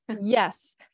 Yes